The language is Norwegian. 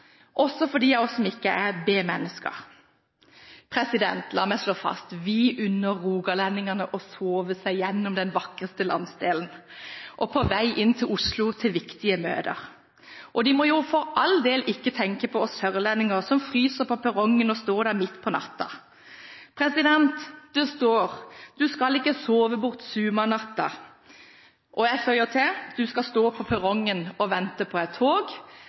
også for de blant oss som ikke er b-mennesker. La meg slå fast: Vi unner rogalendingene å sove seg gjennom den vakreste landsdelen, på vei inn til Oslo til viktige møter. De må for all del ikke tenke på oss sørlendinger, som står på perrongen midt på natten og fryser. Det står: «Vi skal ikkje sova bort sumarnatta». Jeg føyer til: Du skal stå på perrongen og vente på et tog